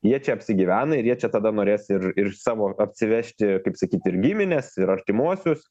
jie čia apsigyvena ir jie čia tada norės ir ir savo atsivežti kaip sakyt ir gimines ir artimuosius